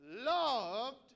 loved